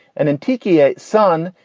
and in tiki ah sun,